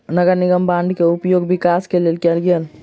नगर निगम बांड के उपयोग विकास के लेल कएल गेल